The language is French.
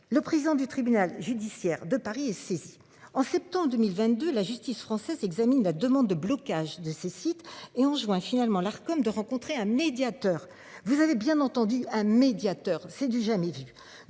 Le président du tribunal judiciaire de Paris est saisie en septembre 2022, la justice française examine la demande de blocage de ces sites et en juin finalement l'Arcom de rencontrer un médiateur. Vous avez bien entendu un médiateur, c'est du jamais vu.